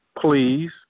please